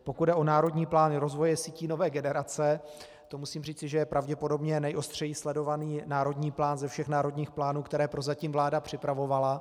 Pokud jde o národní plány rozvoje sítí nové generace, to musím říci, že je pravděpodobně nejostřeji sledovaný národní plán ze všech národních plánů, které prozatím vláda připravovala.